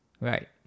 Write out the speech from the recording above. Right